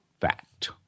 fact